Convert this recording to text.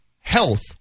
health